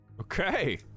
Okay